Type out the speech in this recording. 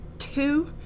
Two